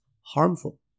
harmful